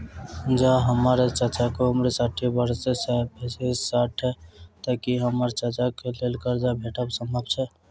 जँ हम्मर चाचाक उम्र साठि बरख सँ बेसी अछि तऽ की हम्मर चाचाक लेल करजा भेटब संभव छै?